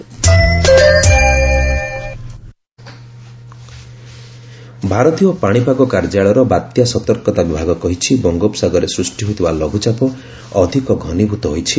depression ଭାରତୀୟ ପାଣିପାଗ କାର୍ଯ୍ୟାଳୟର ବାତ୍ୟା ସତର୍କତା ବିଭାଗ କହିଛି ବଙ୍ଗୋପସାଗରରେ ସୂଷ୍ଟି ହୋଇଥିବା ଲଘୁଚାପ ଅଧିକ ଘନୀଭୂତ ହୋଇଛି